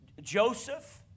Joseph